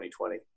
2020